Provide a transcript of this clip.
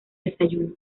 desayuno